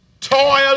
Toil